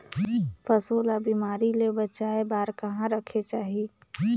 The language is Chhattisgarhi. पशु ला बिमारी ले बचाय बार कहा रखे चाही?